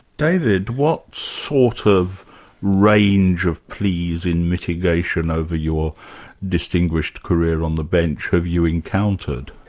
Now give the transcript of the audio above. david, what sort of range of pleas in mitigation over your distinguished career on the bench have you encountered?